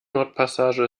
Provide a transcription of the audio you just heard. nordpassage